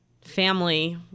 family